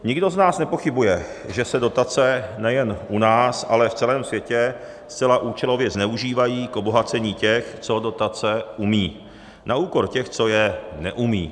Nikdo z nás nepochybuje, že se dotace nejen u nás, ale v celém světě zcela účelově zneužívají k obohacení těch, co dotace umí, na úkor těch, co je neumí.